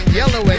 yellow